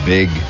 Big